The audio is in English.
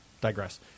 digress